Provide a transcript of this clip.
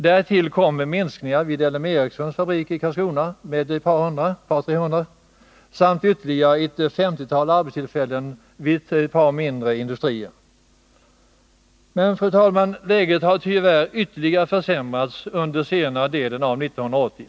Därtill kommer en minskning vid L M Ericssons fabrik i Karlskrona med 200-300 arbetstillfällen samt en minskning med ytterligare ett 50-tal vid ett par mindre industrier. Men, fru talman, läget har tyvärr försämrats ytterligare under senare delen av 1980.